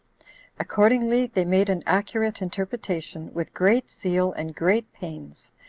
accordingly, they made an accurate interpretation, with great zeal and great pains,